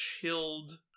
chilled